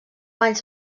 anys